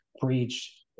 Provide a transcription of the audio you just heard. breach